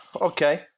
okay